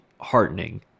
heartening